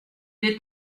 est